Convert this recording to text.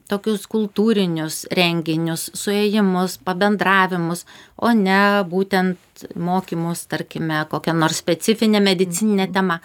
tokius kultūrinius renginius suėjimus pabendravimus o ne būtent mokymus tarkime kokia nors specifine medicinine tema